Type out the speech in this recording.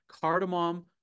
cardamom